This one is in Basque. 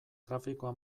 trafikoa